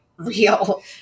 real